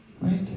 Right